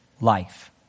life